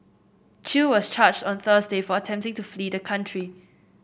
Chew was charged on Thursday for attempting to flee the country